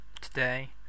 today